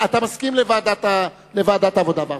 אתה מסכים לוועדת העבודה והרווחה?